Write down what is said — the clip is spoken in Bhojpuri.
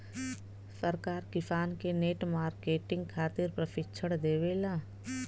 सरकार किसान के नेट मार्केटिंग खातिर प्रक्षिक्षण देबेले?